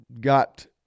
got